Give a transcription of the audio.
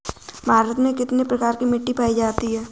भारत में कितने प्रकार की मिट्टी पाई जाती है?